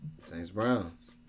Saints-Browns